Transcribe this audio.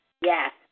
Yes